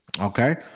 Okay